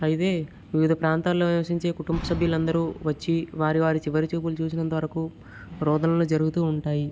అయితే వివిధ ప్రాంతాల్లో నివసించే కుటుంబ సభ్యులు అందరూ వచ్చి వారి వారి చివరి చూపులు చూసేంత వరకు రోదనలు జరుగుతూ ఉంటాయి